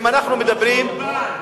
לא קורבן.